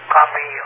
Copy